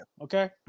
okay